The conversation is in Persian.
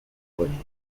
کنید